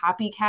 copycat